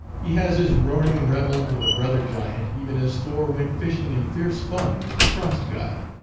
he has his roaring revel with a brother giant, even as thor went fishing in fierce fun with the frost god,